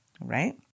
right